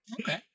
Okay